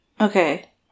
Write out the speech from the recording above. Okay